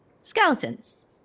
skeletons